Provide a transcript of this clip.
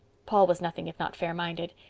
paul was nothing if not fair-minded.